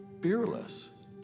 fearless